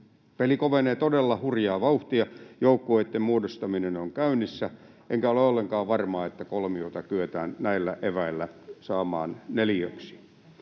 Peli kovenee todella hurjaa vauhtia, joukkueitten muodostaminen on käynnissä, enkä ole ollenkaan varma, että kolmiota kyetään näillä eväillä saaman neliöksi.